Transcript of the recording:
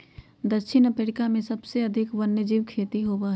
दक्षिण अफ्रीका में सबसे अधिक वन्यजीव खेती होबा हई